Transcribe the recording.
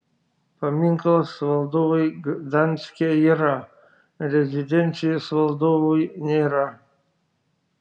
paminklas valdovui gdanske yra rezidencijos valdovui nėra